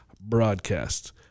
broadcast